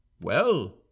Well